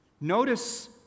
Notice